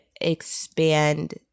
expand